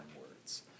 words